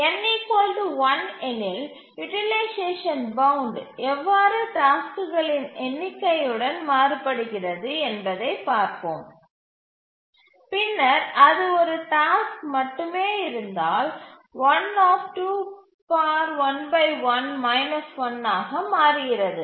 n 1 எனில் utilisation bound எவ்வாறு டாஸ்க்குகளின் எண்ணிக்கையுடன் மாறுபடுகிறது என்பதைப் பார்ப்போம் பின்னர் அது ஒரு டாஸ்க் மட்டுமே இருந்தால் ஆக மாறுகிறது